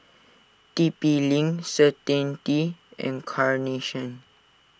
T P Link Certainty and Carnation